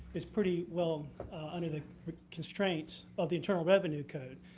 is pretty well under the constraints of the internal revenue code,